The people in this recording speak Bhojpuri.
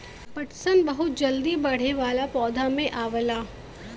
पटसन बहुत जल्दी बढ़े वाला पौधन में आवला